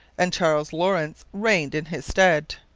and charles lawrence reigned in his stead.